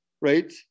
right